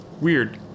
weird